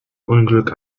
unglück